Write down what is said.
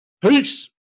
peace